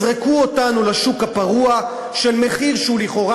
יזרקו אותנו לשוק הפרוע של מחיר שהוא לכאורה